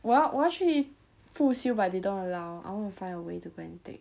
我要我要去辅修 but they don't allow I want to find a way to go and take